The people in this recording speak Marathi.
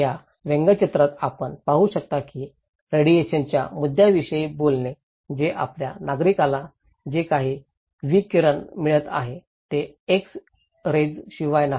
या व्यंगचित्रात आपण पाहू शकता की रेडिएशनच्या मुद्द्यांविषयी बोलणे जे आपल्या नागरिकाला जे काही विकिरण मिळत आहे ते एक्स रेशिवाय नाही